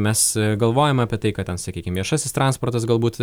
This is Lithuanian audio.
mes galvojame apie tai kad sakykim viešasis transportas galbūt